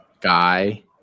guy